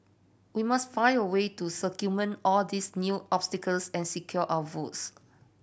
we must find a way to circumvent all these new obstacles and secure our votes